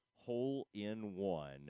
hole-in-one